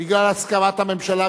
בגלל הסכמת הממשלה,